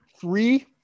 Three